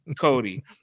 Cody